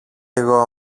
εγώ